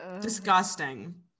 Disgusting